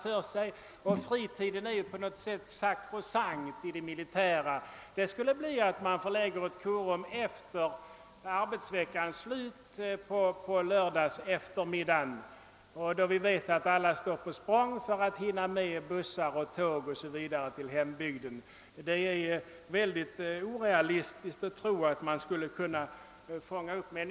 Därtill kommer att fritiden i det militära på något sätt är sakrosankt och man blir tvungen att förlägga korum till lördag eftermiddag efter arbetsveckans slut. Men som alla vet står de värnpliktiga då på språng för att hinna med bussar och tåg till hembygden, och det är mycket orealistiskt att tro att man då skulle kunna fånga upp dem.